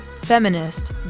feminist